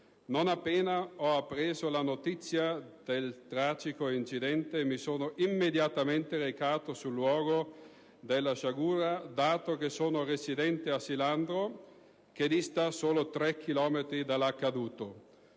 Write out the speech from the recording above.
Non appena ho appreso la notizia del tragico incidente mi sono immediatamente recato sul luogo della sciagura, dato che risiedo a Silandro, che dista solo tre chilometri. Ho potuto